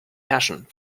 herrschen